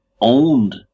owned